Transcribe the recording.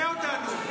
תפנה אותנו.